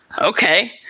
okay